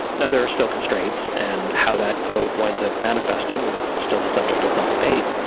now there are still constraints and how that code winds up manifesting is still the subject of some debate,